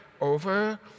over